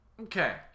okay